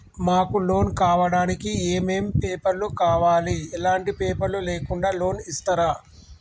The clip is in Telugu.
మాకు లోన్ కావడానికి ఏమేం పేపర్లు కావాలి ఎలాంటి పేపర్లు లేకుండా లోన్ ఇస్తరా?